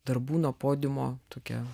darbų nuo podiumo tokia